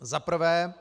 Za prvé.